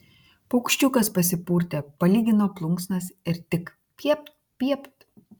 paukščiukas pasipurtė palygino plunksnas ir tik piept piept